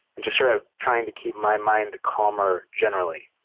and just sort of trying to keep my mind calmer generally,